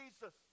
Jesus